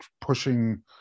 pushing